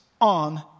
on